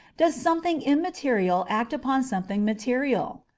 does something immaterial act upon something material?